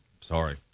Sorry